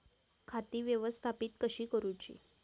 खाती व्यवस्थापित कशी करूची?